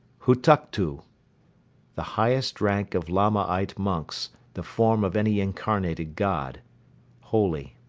hutuktu the highest rank of lamaite monks the form of any incarnated god holy.